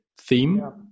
theme